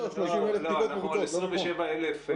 לא, לא, 30,000 בדיקות מבוצעות.